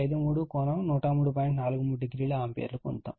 430 ampere పొందుతాము